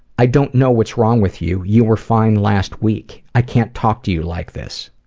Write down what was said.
i don't know what's wrong with you. you were fine last week. i can't talk to you like this,